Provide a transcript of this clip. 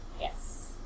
Yes